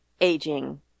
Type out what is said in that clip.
Aging